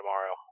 tomorrow